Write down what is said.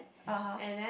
(uh huh)